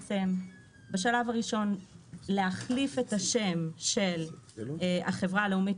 בשלב הראשון להחליף את השם של החברה הלאומית